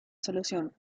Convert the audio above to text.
solución